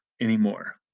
anymore